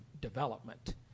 development